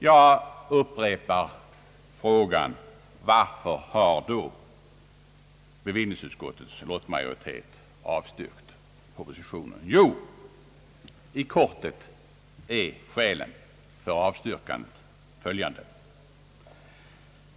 Jag upprepar frågan: Varför har då bevillningsutskottets lottmajoritet avstyrkt propositionen? Jo, i korthet är skälen för avstyrkandet följande.